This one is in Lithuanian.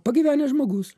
pagyvenęs žmogus